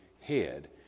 head